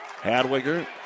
Hadwiger